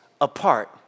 apart